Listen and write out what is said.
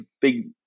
big